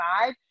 five